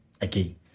again